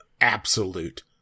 absolute